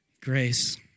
grace